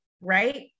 right